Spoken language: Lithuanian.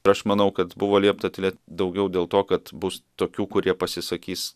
ir aš manau kad buvo liepta tylėt daugiau dėl to kad bus tokių kurie pasisakys